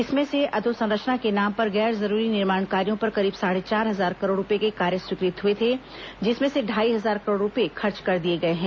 इसमें से अधोसंरचना के नाम पर गैर जरूरी निर्माण कार्यो पर करीब साढ़े चार हजार करोड़ रूपए के कार्य स्वीकृत हुए थे जिसमें से ढ़ाई हजार करोड़ रूपए खर्च कर दिए गए हैं